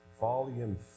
volume